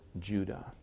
Judah